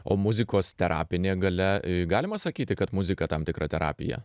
o muzikos terapinė galia galima sakyti kad muzika tam tikra terapija